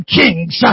kings